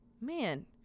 man